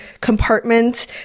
compartment